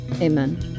Amen